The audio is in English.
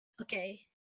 Okay